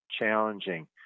challenging